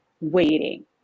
waiting